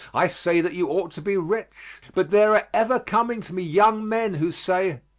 i say that you ought to be rich. but there are ever coming to me young men who say,